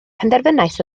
penderfynais